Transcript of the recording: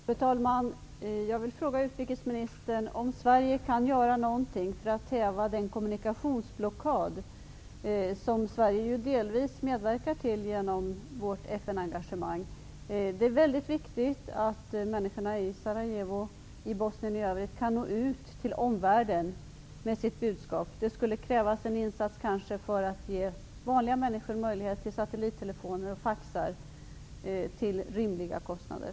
Fru talman! Jag vill fråga utrikesministern om Sverige kan göra någonting för att häva den kommmunikationsblockad som Sverige ju delvis medverkar till genom sitt FN-engagemang. Det är väldigt viktigt att människorna i Sarajevo och i Bosnien i övrigt kan nå ut till omvärlden med sitt budskap. Det skulle krävas en insats för att ge vanliga människor tillgång till satellittelefoner och faxar till rimliga kostnader.